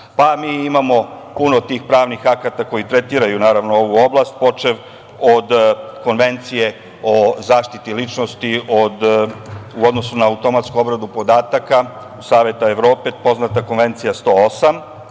Pa, mi imamo puno tih pravnih akata koji tretiraju ovu oblast, počev od Konvencije o zaštiti ličnosti u odnosu na automatsku obradu podataka Saveta Evrope, poznata Konvencija 108.